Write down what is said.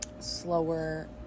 slower